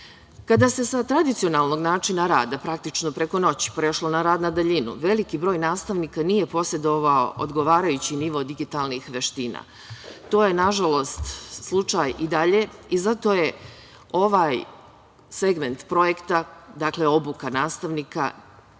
se sa tradicionalnog načina rada, praktično preko noći, prešlo na rad na daljinu veliki broj nastavnika nije posedovao odgovarajući nivo digitalnih veština. To je na žalost slučaj i dalje i zato je ovaj segment projekta, dakle, obuka nastavnika